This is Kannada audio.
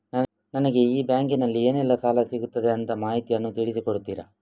ನನಗೆ ಈ ಬ್ಯಾಂಕಿನಲ್ಲಿ ಏನೆಲ್ಲಾ ಸಾಲ ಸಿಗುತ್ತದೆ ಅಂತ ಮಾಹಿತಿಯನ್ನು ತಿಳಿಸಿ ಕೊಡುತ್ತೀರಾ?